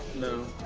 no.